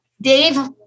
Dave